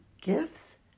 gifts